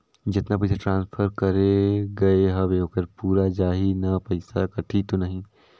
जतना पइसा ट्रांसफर करे गये हवे ओकर पूरा जाही न पइसा कटही तो नहीं?